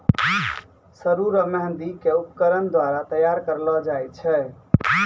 सरु रो मेंहदी के उपकरण द्वारा तैयार करलो जाय छै